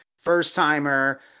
first-timer